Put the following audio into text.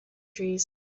trees